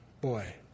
Boy